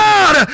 God